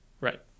Right